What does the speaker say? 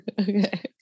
Okay